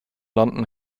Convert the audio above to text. london